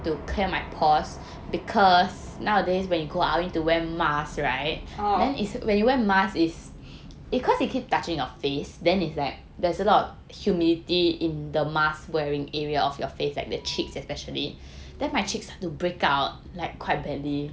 oh